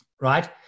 right